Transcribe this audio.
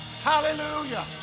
Hallelujah